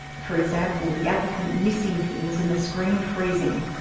for example, the applicant missing things and the screen freezing.